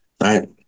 Right